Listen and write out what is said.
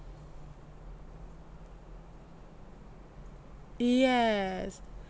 yes